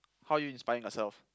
how are you inspiring yourself